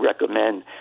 recommend